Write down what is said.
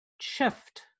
shift